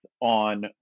on